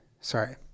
sorry